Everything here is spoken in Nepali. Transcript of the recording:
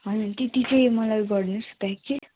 होइन त्यति चाहिँ मलाई गरिदिनुहोस् प्याक कि